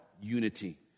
unity